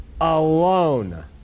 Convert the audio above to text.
alone